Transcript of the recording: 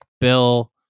Bill